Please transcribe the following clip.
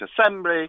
assembly